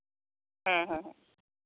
ᱦᱮᱸ ᱦᱮᱸ